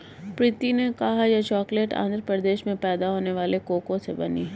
प्रीति ने कहा यह चॉकलेट आंध्र प्रदेश में पैदा होने वाले कोको से बनी है